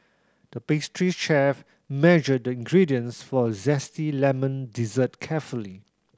the pastry chef measured the ingredients for a zesty lemon dessert carefully